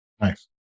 Nice